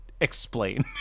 Explain